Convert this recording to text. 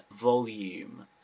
volume